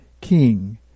King